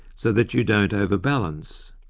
so that you don't overbalance.